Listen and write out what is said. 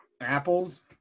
Apples